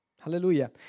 Hallelujah